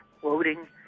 floating